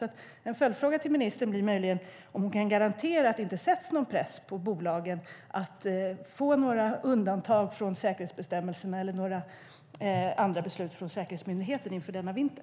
En följdfråga till ministern blir om hon kan garantera att det inte sätts någon press på bolagen att få några undantag från säkerhetsbestämmelserna och inte fattas några andra beslut från säkerhetsmyndigheten inför denna vinter.